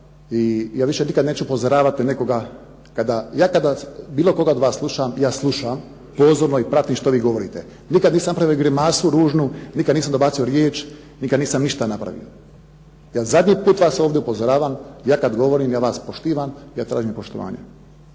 i ja više nikad neću upozoravati nekoga. Ja kada bilo koga od vas slušam, ja slušam pozorno i pratim što vi govorite. Nikad nisam pravio grimasu ružnu, nikad nisam dobacio riječ, nikad nisam ništa napravio. Ja zadnji put vas ovdje upozoravam, ja kad govorim ja vas poštivam, ja tražim poštovanje.